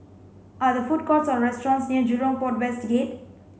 are the food courts or restaurants near Jurong Port West Gate